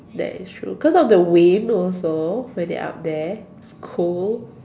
that is true cause of the wind also when they're up there it's cold